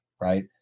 right